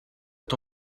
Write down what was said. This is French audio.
est